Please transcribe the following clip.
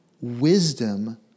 wisdom